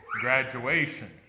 graduation